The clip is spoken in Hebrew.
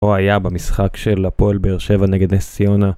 או היה במשחק של הפועל בר שבע נגד נס ציונה